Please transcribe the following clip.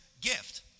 gift